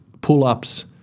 pull-ups